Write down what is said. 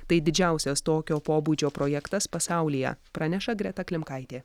tai didžiausias tokio pobūdžio projektas pasaulyje praneša greta klimkaitė